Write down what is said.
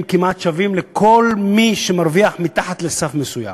כמעט שווים לכל מי שמרוויח מתחת לסף מסוים,